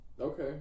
Okay